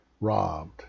robbed